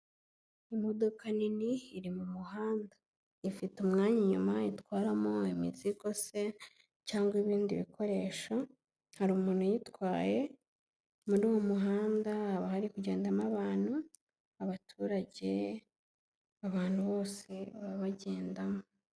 Imodoka nini iri mu muhanda, ifite umwanya inyuma itwaramo imizigo se cyangwa ibindi bikoresho, hari umuntu uyitwaye, muri uwo muhanda haba hari kugendamo abantu, abaturage, abantu bose baba bagendamo.